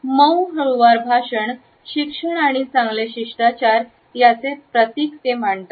मऊ हळुवार भाषण शिक्षण आणि चांगले शिष्टाचार याचे प्रतीक मानतात